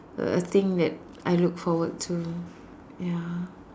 a thing that I look forward to ya